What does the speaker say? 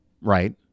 right